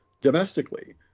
domestically